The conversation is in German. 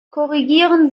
korrigieren